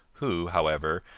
who, however,